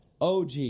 OG